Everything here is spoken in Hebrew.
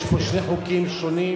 יש פה שני חוקים שונים,